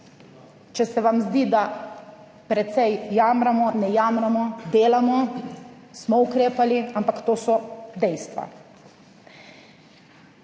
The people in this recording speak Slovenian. Če se vam zdi, da precej jamramo - ne jamramo, delamo, smo ukrepali, ampak to so dejstva.